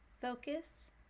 focus